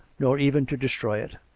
nor even to destroy it.